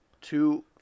two